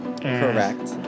Correct